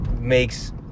makes